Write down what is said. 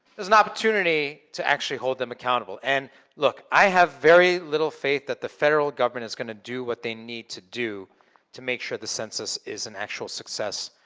there's an opportunity to actually hold them accountable. and look, i have very little faith that the federal government is gonna do what they need to do to make sure the census is an actual success.